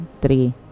three